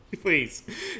Please